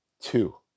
Two